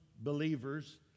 believers